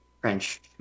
French